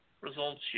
Results